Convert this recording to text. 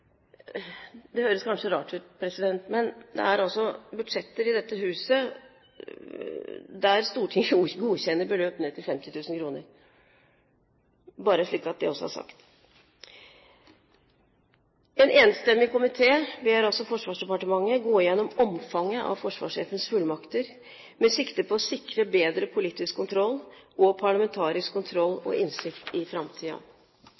Det høres kanskje rart ut, men det er budsjetter i dette huset, der Stortinget godkjenner beløp ned til 50 000 kr, bare slik at det også er sagt. En enstemmig komité ber Forsvarsdepartementet gå gjennom omfanget av forsvarssjefens fullmakter med sikte på å sikre bedre politisk kontroll og parlamentarisk kontroll